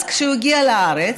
אז כשהוא הגיע לארץ,